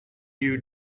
you